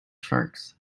sharks